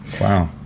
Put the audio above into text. Wow